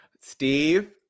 Steve